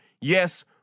Yes